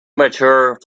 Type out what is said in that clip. mature